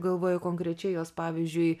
galvoju konkrečiai jos pavyzdžiui